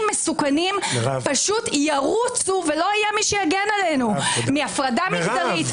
מסוכנים פשוט ירוצו ולא יהיה מי שיגן עלינו מהפרדה מגדרית,